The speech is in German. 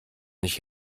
nicht